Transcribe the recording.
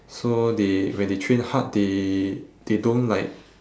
so they when they train hard they they don't like